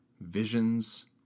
visions